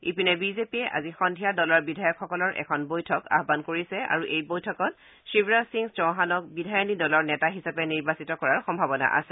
ইপিনে বিজেপিয়ে আজি সন্ধিয়া দলৰ বিধায়কসকলৰ এখন বৈঠক আহ্বান কৰিছে আৰু এই বৈঠকত শিৱৰাজ সিং চৌহানক বিধায়িনী দলৰ নেতা হিচাপে নিৰ্বাচিত কৰাৰ সম্ভাৱনা আছে